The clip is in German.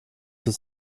zur